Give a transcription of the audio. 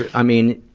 i mean,